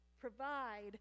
provide